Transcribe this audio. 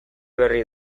berri